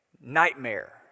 nightmare